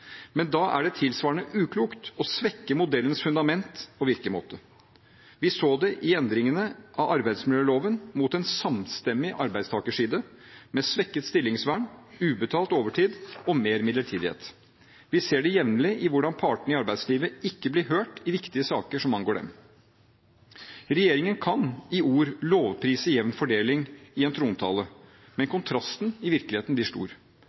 men da er det tilsvarende uklokt å svekke modellens fundament og virkemåte. Vi så det i endringene av arbeidsmiljøloven, mot en samstemmig arbeidstakerside, med svekket stillingsvern, ubetalt overtid og mer midlertidighet. Vi ser det jevnlig i hvordan partene i arbeidslivet ikke blir hørt i viktige saker som angår dem. Regjeringen kan i ord lovprise jevn fordeling i en trontale, men kontrasten i virkeligheten er stor.